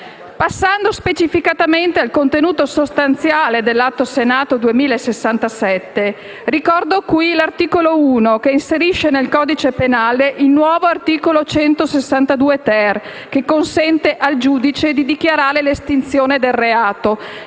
Passando specificamente al contenuto sostanziale del Atto Senato 2067, ricordo qui l'articolo 1, che inserisce nel codice penale il nuovo articolo 162-*ter*, che consente al giudice di dichiarare l'estinzione del reato,